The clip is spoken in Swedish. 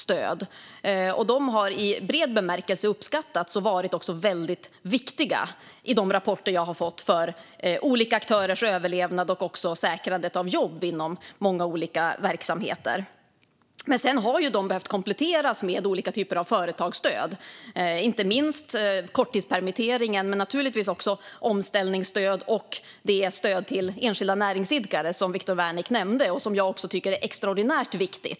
Dessa har, enligt de rapporter jag fått, uppskattats brett och varit väldigt viktiga för olika aktörers överlevnad och för säkrandet av jobb inom många olika verksamheter. Dessa stöd har dock behövt kompletteras med olika typer av företagsstöd, inte minst korttidspermittering men även omställningsstöd och det stöd till enskilda näringsidkare som Viktor Wärnick nämnde och som jag också tycker är extraordinärt viktigt.